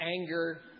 anger